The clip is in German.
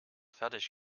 fertig